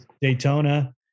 daytona